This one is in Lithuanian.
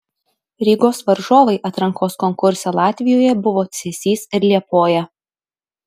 rygos varžovai atrankos konkurse latvijoje buvo cėsys ir liepoja